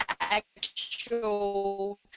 actual